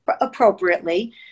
appropriately